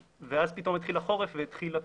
ואז פתאום התחיל החורף והתחילו הקמינים.